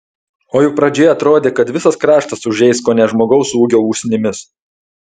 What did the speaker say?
o juk pradžioje atrodė kad visas kraštas užeis kone žmogaus ūgio usnimis